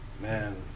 man